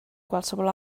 qualsevol